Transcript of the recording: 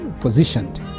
positioned